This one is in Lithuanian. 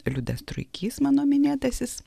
liudas truikys mano minėtasis